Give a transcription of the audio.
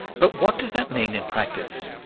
but what does that mean in practice?